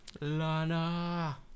Lana